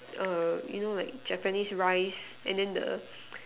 err you know like Japanese rice and then the